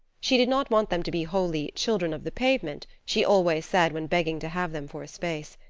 she did not want them to be wholly children of the pavement, she always said when begging to have them for a space.